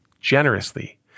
generously